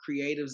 creatives